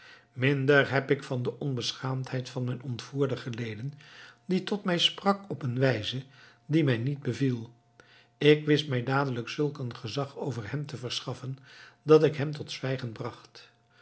minder heb ik van de onbeschaamdheid van mijn ontvoerder geleden die tot mij sprak op een wijze die mij niet beviel ik wist mij dadelijk zulk een gezag over hem te verschaffen dat ik hem tot zwijgen bracht